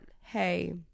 hey